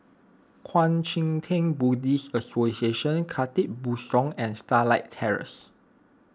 Kuang Chee Tng Buddhist Association Khatib Bongsu and Starlight Terrace